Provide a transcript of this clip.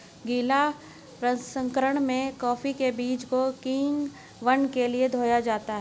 गीला प्रसंकरण में कॉफी के बीज को किण्वन के लिए धोया जाता है